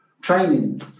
training